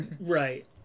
Right